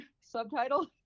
subtitle